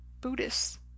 Buddhist